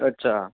અચ્છા